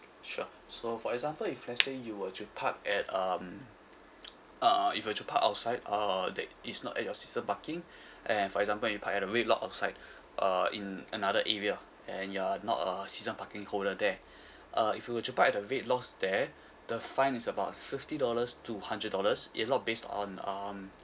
sure so for example if let's say you were to park at um uh if you were to park outside uh that is not at your season parking and for example you park at the red lot outside uh in another area and you're not a season parking holder there uh if you were to park at the red lots there the fine is about fifty dollars to hundred dollars it a lot based on um